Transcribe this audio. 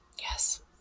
Yes